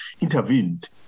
intervened